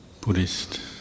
Buddhist